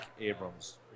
Abrams